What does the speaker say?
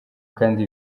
kandi